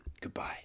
goodbye